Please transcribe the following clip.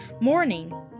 morning